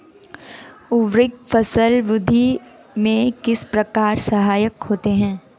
उर्वरक फसल वृद्धि में किस प्रकार सहायक होते हैं?